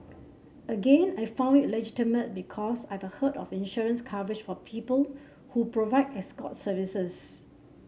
again I found it legitimate because I have heard of insurance coverage for people who provide escort services